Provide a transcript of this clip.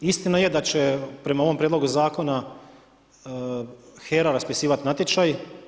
Istina je da će prema ovom prijedlogu zakona HERA raspisivati natječaj.